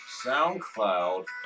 SoundCloud